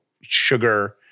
sugar